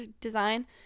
design